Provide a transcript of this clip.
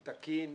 תקין,